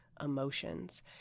emotions